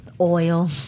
oil